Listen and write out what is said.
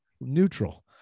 neutral